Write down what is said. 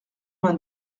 vingt